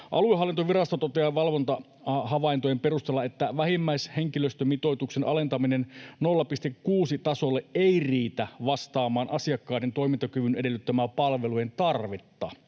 Aluehallintovirasto toteaa valvontahavaintojen perusteella, että vähimmäishenkilöstömitoituksen alentaminen 0,6-tasolle ei riitä vastaamaan asiakkaiden toimintakyvyn edellyttämää palvelujen tarvetta.